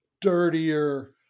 dirtier